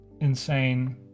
insane